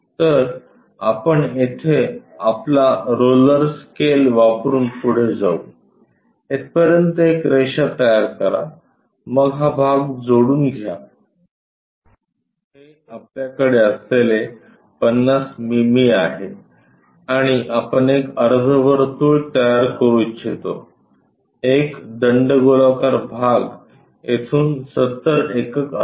तर आपण येथे आपला रोलर स्केल वापरुन पुढे जाऊ येथपर्यंत एक रेषा तयार करा मग हा भाग जोडून घ्या हे आपल्याकडे असलेले 50 मिमी आहे आणि आपण एक अर्धवर्तुळ तयार करू इच्छितो एक दंडगोलाकार भाग येथून 70 एकक असावा